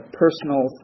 personal